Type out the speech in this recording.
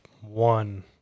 one